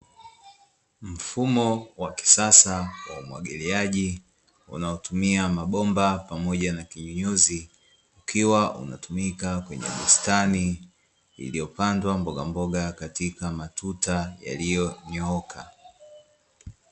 Mfumo wa kisasa wa umwagiliaji, unaotumia mabomba pamoja na vinyunyuzi, ukiwa unatumika kwenye bustani iliyopandwa mbogamboga katika matuta yaliyonyooka.